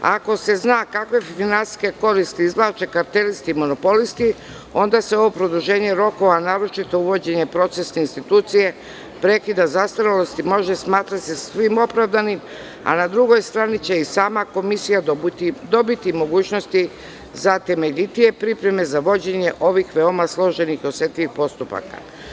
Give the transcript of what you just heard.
Ako se zna kakve finansijske koristi izvlače kartelisti i monopolisti, onda ovo produženje rokova, naročito uvođenje procesne institucije, prekida zastarelost i smatra se sasvim opravdanim, a na drugoj strani će i sama Komisija dobiti mogućnosti za temeljitije pripreme za vođenje ovih složenih i osetljivih postupaka.